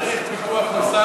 בכלל צריך את ביטוח הסל,